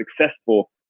successful